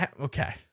Okay